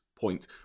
point